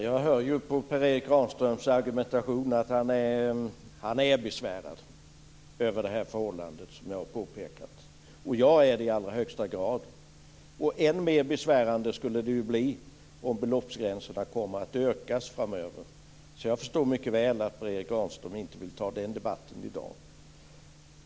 Fru talman! Jag hör på Per Erik Granströms argumentation att han är besvärad över det förhållande som jag påpekade. Jag är det i allra högsta grad. Än mer besvärande skulle det bli om beloppsgränserna skulle höjas framöver. Jag förstår därför mycket väl att Per Erik Granström inte vill ta den debatten i dag.